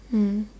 mm